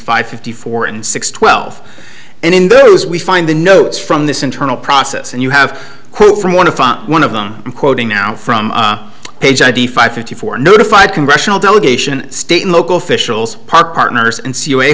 five fifty four and six twelve and in those we find the notes from this internal process and you have who from one of one of them i'm quoting now from page i d five fifty four notified congressional delegation state and local officials park partners and